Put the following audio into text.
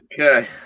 Okay